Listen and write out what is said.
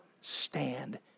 stand